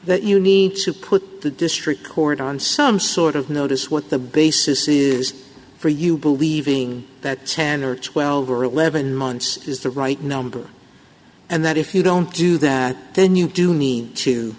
that you need to put the district court on some sort of notice what the basis is for you believing that ten or twelve or eleven months is the right number and that if you don't do that then you do need to